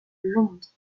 londres